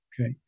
Okay